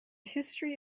history